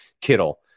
Kittle